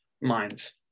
minds